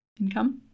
income